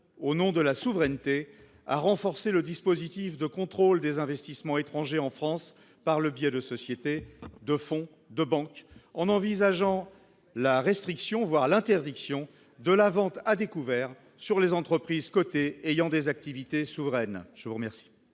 au nom de la souveraineté, à renforcer le dispositif de contrôle des investissements étrangers en France par le biais de sociétés, de fonds et de banques, en envisageant de restreindre, voire d’interdire, la vente à découvert sur les entreprises cotées ayant des activités souveraines. La parole